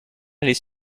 les